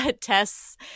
tests